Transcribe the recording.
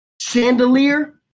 Chandelier